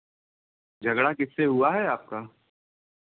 झगड़ा किससे हुआ है आपका